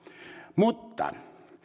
mutta